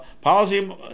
policy